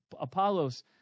Apollos